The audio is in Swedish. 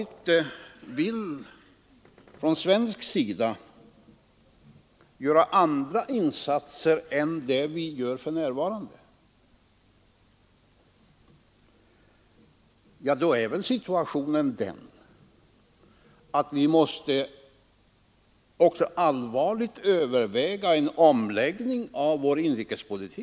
Om vi från svensk sida vill göra andra insatser än dem vi för närvarande gör, ja då måste vi också allvarligt överväga en omläggning av vår inrikespolitik.